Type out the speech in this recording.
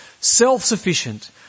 Self-sufficient